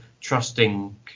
trusting